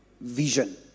vision